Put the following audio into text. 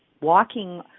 Walking